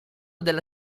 della